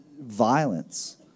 violence